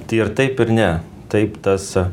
tai ir taip ir ne taip tas